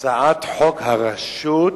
הצעת חוק הרשות,